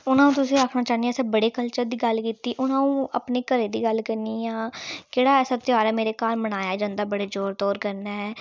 हून अ'ऊं तुसें आखना चाहनी असें बड़े कल्चर दी गल्ल कीती हून अऊं अपने घरै दी गल्ल करनी आं केह्ड़ा ऐसा तेहार ऐ मेरे घर मनाया जंदा बड़े जोर तोर कन्नै